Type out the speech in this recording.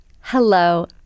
Hello